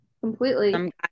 completely